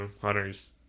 hunter's